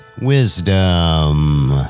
Wisdom